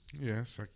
Yes